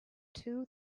two